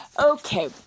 Okay